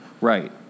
Right